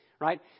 Right